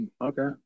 Okay